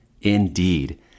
Indeed